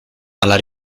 alla